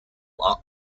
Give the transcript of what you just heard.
are